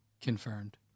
Confirmed